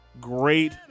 Great